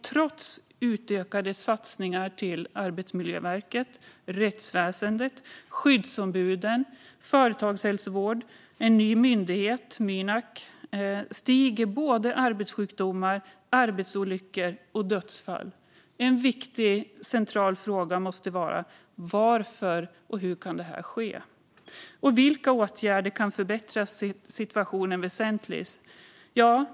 Trots utökade satsningar till Arbetsmiljöverket, rättsväsendet, skyddsombuden, företagshälsovård och en ny myndighet, Mynak, stiger andelen arbetssjukdomar, arbetsolyckor och dödsfall. En viktig och central fråga måste vara: Varför sker detta, och hur kan det ske? Vilka åtgärder kan förbättra situationen väsentligt?